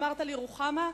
אמרת לי: רוחמה,